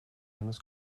hennes